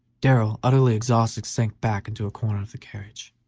darrell, utterly exhausted, sank back into a corner of the carriage.